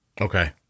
okay